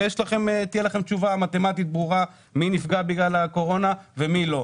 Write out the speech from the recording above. ואז תהיה לכם תשובה מתמטית ברורה מי נפגע בגלל הקורונה ומי לא.